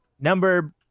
Number